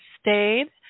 stayed